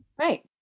Right